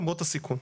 למרות הסיכון.